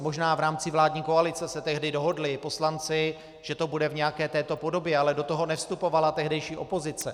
Možná v rámci vládní koalice se tehdy dohodli poslanci, že to bude v nějaké této podobě, ale do toho nevstupovala tehdejší opozice.